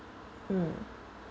mm